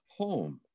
home